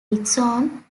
dixon